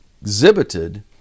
exhibited